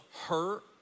hurt